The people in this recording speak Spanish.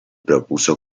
propuso